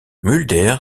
mulder